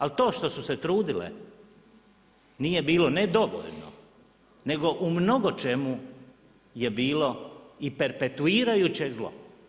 Ali to što su se trudile nije bilo ne dovoljno nego u mnogočemu je bilo i perpetuirajuće zlo.